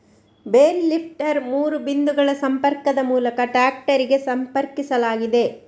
bale lifter ಮೂರು ಬಿಂದುಗಳ ಸಂಪರ್ಕದ ಮೂಲಕ ಟ್ರಾಕ್ಟರಿಗೆ ಸಂಪರ್ಕಿಸಲಾಗಿದೆ